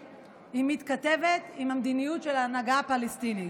מתכתבת עם המדיניות של ההנהגה הפלסטינית.